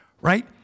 Right